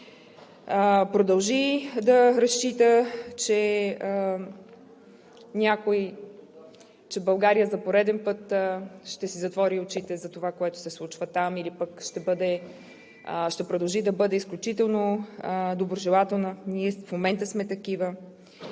продължи да разчита, че България за пореден път ще си затвори очите за това, което се случва там, или ще продължи да бъде изключително доброжелателна, ние и в момента сме такива,